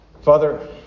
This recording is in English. Father